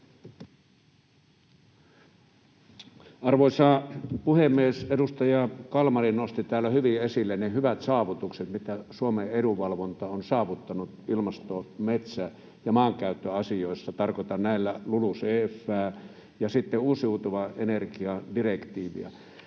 Arvoisa puhemies! Edustaja Kalmari nosti täällä hyvin esille ne hyvät saavutukset, mitä Suomen edunvalvonta on saavuttanut ilmasto-, metsä- ja maankäyttöasioissa. Tarkoitan näillä LULUCF:ää ja uusiutuvan ener-gian direktiiviä.